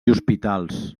hospitals